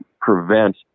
prevent